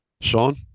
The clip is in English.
Sean